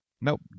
Nope